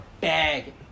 bag